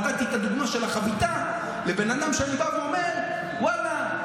נתתי את הדוגמה של החביתה לבן אדם שאני בא ואומר: ואללה,